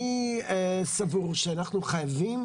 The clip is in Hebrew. אני סבור שאנחנו חייבים